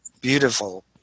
beautiful